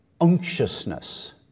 unctuousness